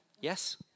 Yes